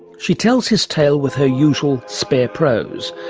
she tells his tale with her usual spare prose,